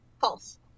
False